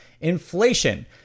inflation